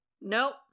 nope